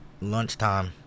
Lunchtime